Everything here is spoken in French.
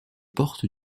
portes